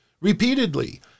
repeatedly